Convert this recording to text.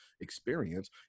experience